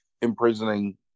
imprisoning